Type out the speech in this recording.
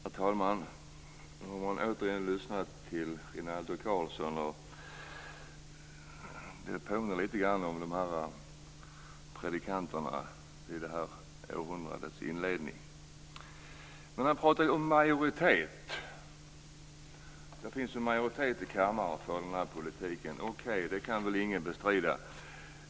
Herr talman! Nu har jag återigen lyssnat till Rinaldo Karlsson. Det påminner litet grand om predikanterna vid det här århundradets inledning. Han talade om att det finns en majoritet i kammaren för den här politiken. Okej, det kan väl ingen bestrida.